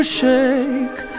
shake